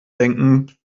denken